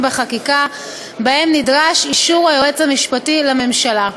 בחקיקה שבהם נדרש אישור היועץ המשפטי לממשלה.